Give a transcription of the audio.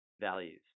Values